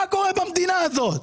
מה קורה במדינה הזאת?